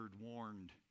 warned